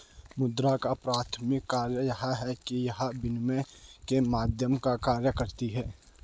मुद्रा का प्राथमिक कार्य यह है कि यह विनिमय के माध्यम का कार्य करती है